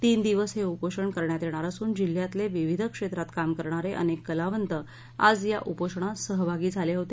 तीन दिवस हे उपोषण करण्यात येणार असून जिल्ह्यातले विविध क्षेत्रात काम करणारे अनेक कलावंत आज या उपोषणात सहभागी झाले होते